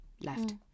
left